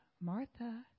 Martha